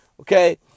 Okay